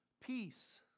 peace